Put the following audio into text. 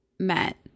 met